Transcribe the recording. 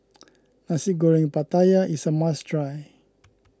Nasi Goreng Pattaya is a must try